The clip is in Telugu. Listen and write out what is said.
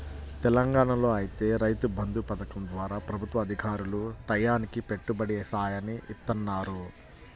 తెలంగాణాలో ఐతే రైతు బంధు పథకం ద్వారా ప్రభుత్వ అధికారులు టైయ్యానికి పెట్టుబడి సాయాన్ని ఇత్తన్నారు